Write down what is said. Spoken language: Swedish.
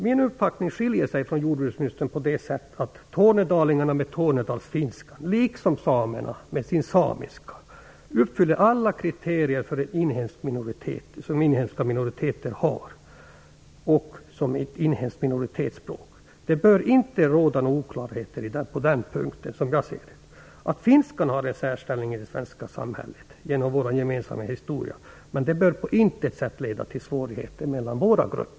Min uppfattning skiljer sig från jordbruksministerns på så sätt att jag tycker tornedalingarna med sin Tornedalsfinska, liksom samerna med sin samiska, uppfyller alla kriterier på en inhemsk minoritet och ett inhemskt minoritetsspråk. Det bör inte råda någon oklarhet på den punkten, som jag ser det. Finskan har en särställning i det svenska samhället genom vår gemensamma historia, men det bör på intet sätt leda till svårigheter mellan våra grupper.